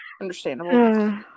Understandable